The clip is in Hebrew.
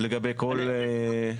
לגבי כל חייב?